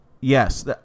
yes